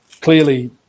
clearly